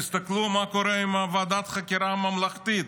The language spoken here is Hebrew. תסתכלו מה קורה עם ועדת החקירה הממלכתית.